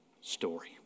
story